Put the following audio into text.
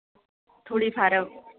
हं तर मग चिकलदऱ्या